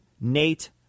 Nate